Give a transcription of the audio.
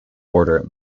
order